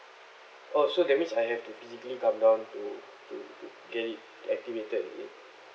oh so that means I have to physically come down to to to get it activated is it